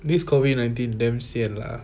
this COVID nineteen damn sian lah